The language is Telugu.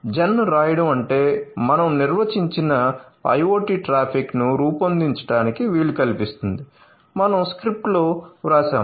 జెన్ రాయడం అంటే మనం నిర్వచించిన IoT ట్రాఫిక్ను రూపొందించడానికి వీలు కల్పిస్తుంది మేము స్క్రిప్ట్లో వ్రాసాము